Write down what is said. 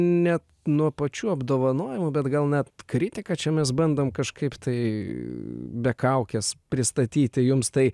ne nuo pačių apdovanojimų bet gal net kritiką čia mes bandom kažkaip tai be kaukės pristatyti jums tai